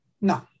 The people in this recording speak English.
No